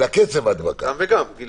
גם וגם.